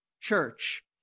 church